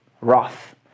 wrath